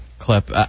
Clip